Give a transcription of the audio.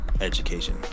education